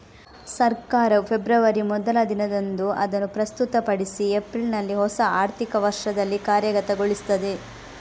ಸರ್ಕಾರವು ಫೆಬ್ರವರಿ ಮೊದಲ ದಿನದಂದು ಅದನ್ನು ಪ್ರಸ್ತುತಪಡಿಸಿ ಏಪ್ರಿಲಿನಲ್ಲಿ ಹೊಸ ಆರ್ಥಿಕ ವರ್ಷದಲ್ಲಿ ಕಾರ್ಯಗತಗೊಳಿಸ್ತದೆ